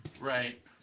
Right